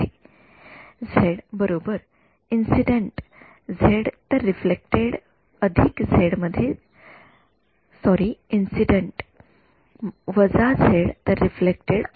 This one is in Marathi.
विद्यार्थीः झेड बरोबर इंसिडेंट झेड तर रिफ्लेक्टेड झेड मध्ये जात आहे